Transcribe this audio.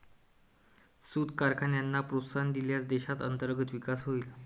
सूत कारखान्यांना प्रोत्साहन दिल्यास देशात अंतर्गत विकास होईल